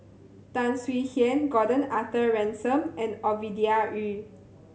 Tan Swie Hian Gordon Arthur Ransome and Ovidia Yu